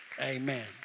Amen